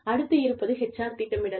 அடுத்து இருப்பது HR திட்டமிடல்